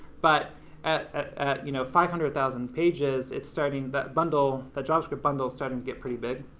but at at you know five hundred thousand pages, it's starting, that bundle, that javascript bundle is starting to get pretty big.